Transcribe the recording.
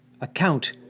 account